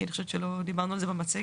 כי אני חושבת שלא דיברנו על זה במצגת.